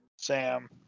Sam